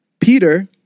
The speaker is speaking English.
Peter